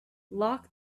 lock